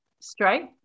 Straight